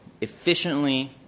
efficiently